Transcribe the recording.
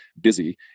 busy